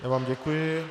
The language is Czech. Já vám děkuji.